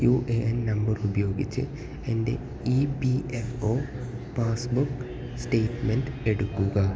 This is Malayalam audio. യു എ എൻ നമ്പർ ഉപയോഗിച്ച് എൻ്റെ E P F O passbook statement എടുക്കുക